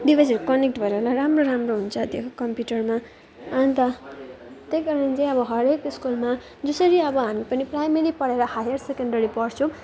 डिभाइसहरू connect भएर होला राम्रो राम्रो हुन्छ त्यो कम्प्युटरमा अन्त त्यही कारण चाहिँ अब हरेक स्कुलमा जसरी अब हामी पनि प्राइमेरी पढेर हायर सेकेन्डरी पढ्छौँ